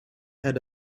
had